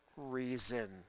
Reason